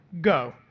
Go